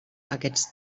aquests